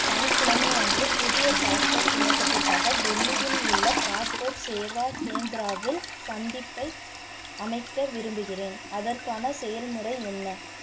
சனிக்கிழமை அன்று புதிய பாஸ்போர்ட் விண்ணப்பத்திற்காக டெல்லியில் உள்ள பாஸ்போர்ட் சேவா கேந்திராவில் சந்திப்பை அமைக்க விரும்புகிறேன் அதற்கான செயல்முறை என்ன